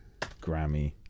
Grammy